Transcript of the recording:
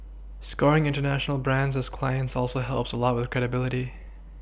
scoring international brands as clients also helps a lot with a credibility